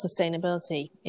sustainability